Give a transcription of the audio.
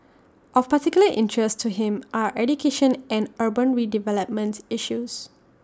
of particular interest to him are education and urban redevelopment issues